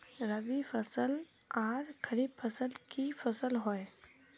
रवि फसल आर खरीफ फसल की फसल होय?